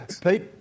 Pete